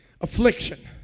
Affliction